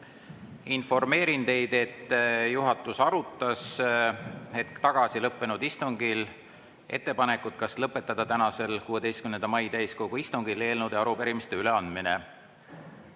Informeerin teid, et juhatus arutas hetk tagasi lõppenud istungil ettepanekut, kas lõpetada tänasel, 16. mai täiskogu istungil eelnõude ja arupärimiste üleandmine.